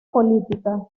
política